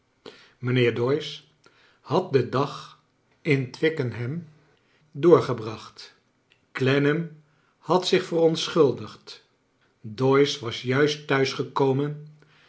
mijnheer doyce had den dag in twickenham doorgebracht clennam had zich verontschuldigd doyce was juist